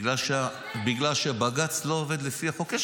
בגלל שבג"ץ לא עובד לפי החוק.